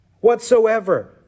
whatsoever